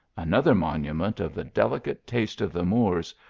another monument of the delicate taste of the moors,